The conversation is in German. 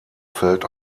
fällt